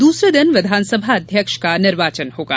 दूसरे दिन विधानसभा अध्यक्ष का निर्वाचन होगा